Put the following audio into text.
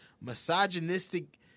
misogynistic